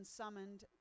summoned